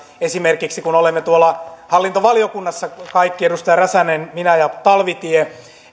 esimerkiksi kun olemme tuolla hallintovaliokunnassa kaikki edustaja räsänen minä ja talvitie